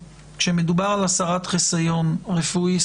כשמדובר על הסרת חיסיון רפואי,